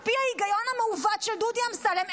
על פי ההיגיון המעוות של דודי אמסלם,